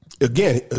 again